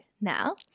now